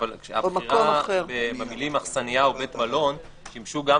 הבחירה במילים אכסניה ובית מלון שימשו גם,